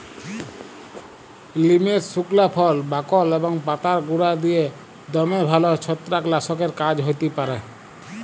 লিমের সুকলা ফল, বাকল এবং পাতার গুঁড়া দিঁয়ে দমে ভাল ছত্রাক লাসকের কাজ হ্যতে পারে